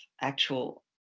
actual